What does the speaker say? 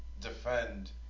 defend